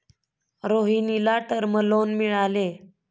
रोहिणीला term loan मिळाले